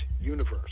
universe